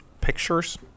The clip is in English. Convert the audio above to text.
Pictures